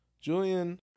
Julian